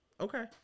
Okay